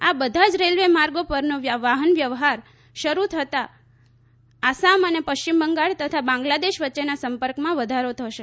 આ બધા જ રેલવે માર્ગો પરનો વ્યવહાર શરૂ થતાં આસામ અને પશ્ચિમ બંગાળ તથા બાંગ્લાદેશ વચ્ચેના સંપર્કમાં વધારો થશે